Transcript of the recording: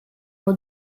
pour